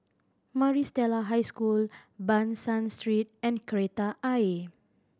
Maris Stella High School Ban San Street and Kreta Ayer